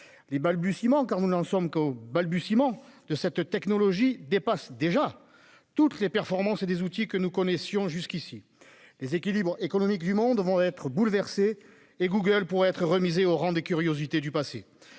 technologie- car nous n'en sommes qu'aux balbutiements -dépassent déjà les performances de tous les outils que nous connaissions jusqu'ici. Les équilibres économiques du monde vont être bouleversés, et Google pourrait être remisé au rang de curiosité du passé.